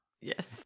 yes